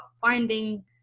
finding